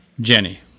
Jenny